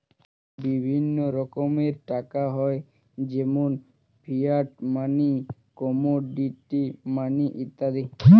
বিভিন্ন রকমের টাকা হয় যেমন ফিয়াট মানি, কমোডিটি মানি ইত্যাদি